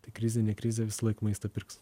tai krizė ne krizė visąlaik maistą pirks